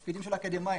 תפקידים של אקדמאים,